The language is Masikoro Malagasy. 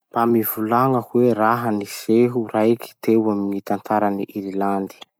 Mba mivolagna hoe raha-niseho raiky teo amy gny tantaran'i Irlandy?